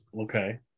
Okay